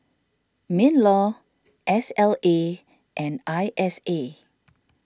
MinLaw S L A and I S A